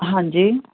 ਹਾਂਜੀ